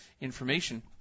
information